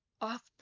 off